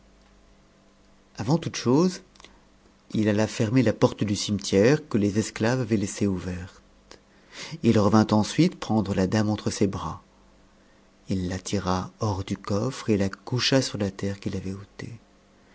avant toutes choses il alla fermer la porte du cimetière que jcspsclaves avaient laissée ouverte ji revint ensuite prendre a dame entre ses bras il la tira hors du coffre et la coucha sur la terre qu'il j ôtée